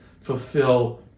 fulfill